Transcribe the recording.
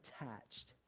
attached